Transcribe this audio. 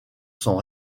son